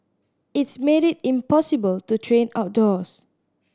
it's made it impossible to train outdoors